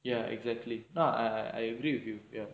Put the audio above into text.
ya exactly I I agree with you ya